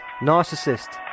Narcissist